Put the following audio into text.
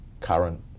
current